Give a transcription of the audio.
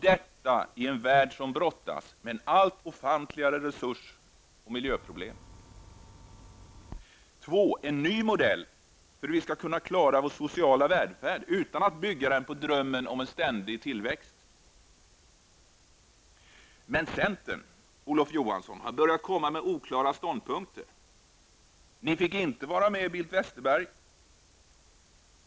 Detta i en värld som brottas med allt ofantligare resurs och miljöproblem. 2. En ny modell för hur vi skall kunna klara vår sociala välfärd utan att bygga den på drömmen om en ständig tillväxt. Centern, Olof Johansson, har börjat komma med oklara ståndpunkter. Ni i centern fick inte vara med Bildt och Westerberg,.